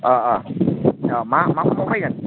मा मा समाव फायगोन